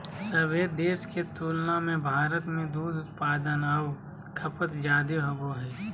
सभे देश के तुलना में भारत में दूध उत्पादन आऊ खपत जादे होबो हइ